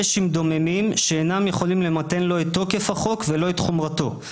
יש עם דוממים אינם יכולים למתן לו את תוקף החוק ולא את חומרתו".